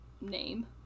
Name